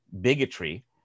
bigotry